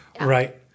Right